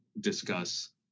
discuss